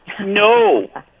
No